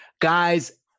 Guys